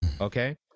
okay